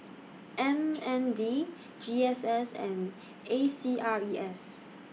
M N D G S S and A C R E S